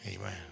Amen